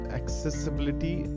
accessibility